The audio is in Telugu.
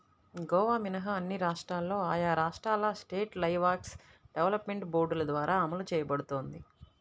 గోవా మినహా అన్ని రాష్ట్రాల్లో ఆయా రాష్ట్రాల స్టేట్ లైవ్స్టాక్ డెవలప్మెంట్ బోర్డుల ద్వారా అమలు చేయబడుతోంది